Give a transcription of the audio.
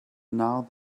now